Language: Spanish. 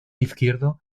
izquierdo